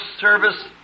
service